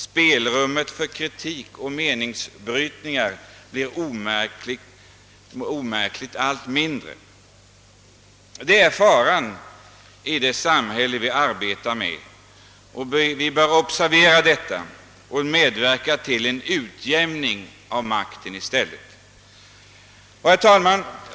Spelrummet för kritik och meningsbrytningar blir omärkligt allt mindre.» Det är faran i det samhälle vi arbetar med. Vi bör observera detta och försöka medverka till en utjämning av makten. Herr talman!